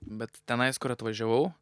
bet tenais kur atvažiavau